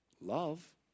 love